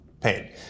paid